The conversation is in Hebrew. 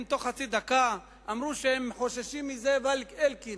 בתוך חצי דקה הם אמרו שהם חוששים מזה, ואלקין,